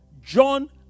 John